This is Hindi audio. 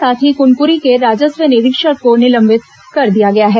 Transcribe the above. साथ ही कुनकुरी के राजस्व निरीक्षक को निलंबित कर दिया गया है